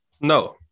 No